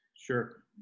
Sure